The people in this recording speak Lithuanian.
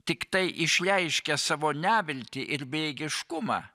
tiktai išreiškia savo neviltį ir bejėgiškumą